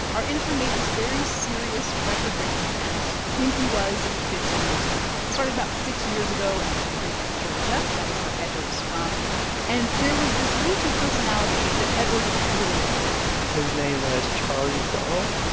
our intern made this very serious record-breaking attempt when he was fifteen years old. it started about six years ago in the country of georgia that is where eduard is from and there was this youtube personality that eduard really loved his name is charlie mcdonnell.